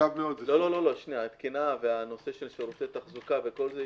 התקינה והנושא של שירותי תחזוקה וכל זה,